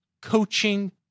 coaching